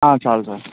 చాలు సార్